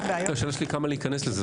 השאלה שלי היא כמה להיכנס לזה?